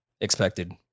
expected